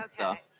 Okay